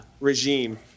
regime